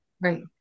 Right